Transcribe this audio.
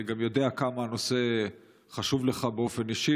אני גם יודע כמה הנושא חשוב לך באופן אישי